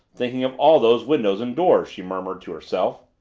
thinking of all those windows and doors, she murmured to herself.